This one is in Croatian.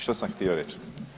Što sam htio reći?